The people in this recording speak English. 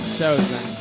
chosen